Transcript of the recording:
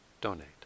donate